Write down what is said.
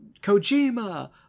Kojima